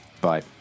Bye